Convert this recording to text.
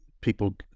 people